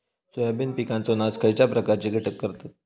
Soybean पिकांचो नाश खयच्या प्रकारचे कीटक करतत?